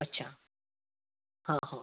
अच्छा हा हो